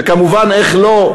וכמובן, איך לא?